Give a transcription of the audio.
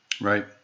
Right